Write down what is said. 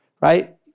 right